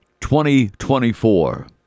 2024